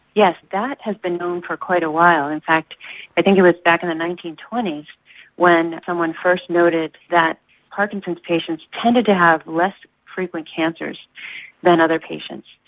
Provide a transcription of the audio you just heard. yes, that has been known for quite a while. in fact i think it was back in the nineteen twenty s when someone first noted that parkinson's patients tended to have less frequent cancers than other patients.